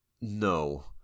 No